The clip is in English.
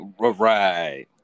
Right